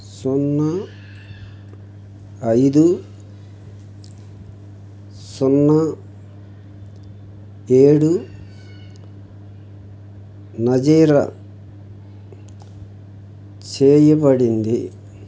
సున్నా ఐదు సున్నా ఏడున జారీ చేయబడింది